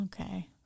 okay